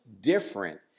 different